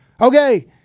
Okay